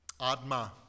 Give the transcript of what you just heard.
Adma